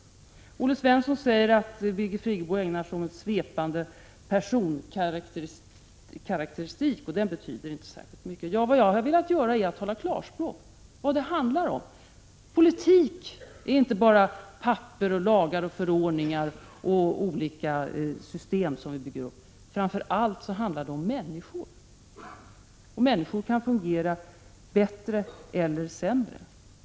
Olle Svensson säger att Birgit Friggebo ägnar sig åt svepande personkarakteristik, och den betyder inte särskilt mycket. Vad jag har velat göra är att tala klarspråk, att säga vad det handlar om. Politik är inte bara papper, lagar och förordningar och olika system som vi bygger upp. Framför allt handlar det om människor, och människor kan fungera bättre eller sämre.